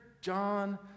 John